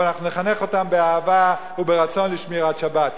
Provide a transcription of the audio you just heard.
אבל אנחנו נחנך אותם באהבה וברצון לשמירת שבת,